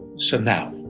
so now,